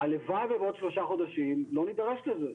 הלוואי ובעוד שלושה חודשים לא נידרש לזה,